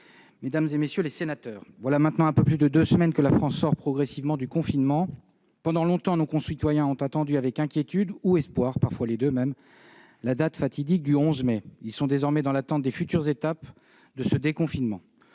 mesdames, messieurs les sénateurs, voilà maintenant un peu plus de deux semaines que la France sort progressivement du confinement. Pendant longtemps, nos concitoyens ont attendu avec inquiétude ou espoir, parfois même les deux, la date fatidique du 11 mai. Ils sont désormais dans l'attente des futures étapes de ce déconfinement.